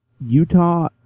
Utah